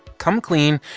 come clean,